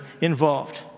involved